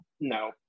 No